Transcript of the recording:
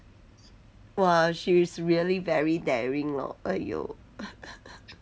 !wah! she is really very daring lor !aiyo!